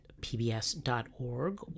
pbs.org